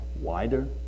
wider